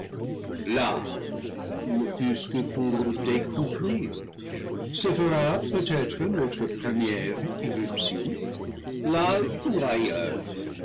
ne fût-ce que pour découvrir se fera peut être notre première irruption là ou ailleurs